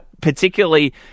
particularly